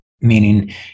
meaning